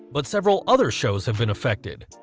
but several other shows have been affected.